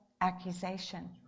accusation